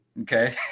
Okay